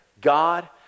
God